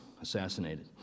assassinated